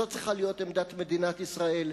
זאת צריכה להיות עמדת מדינת ישראל,